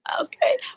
Okay